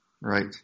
right